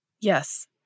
yes